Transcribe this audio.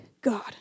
God